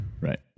right